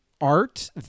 art